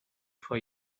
for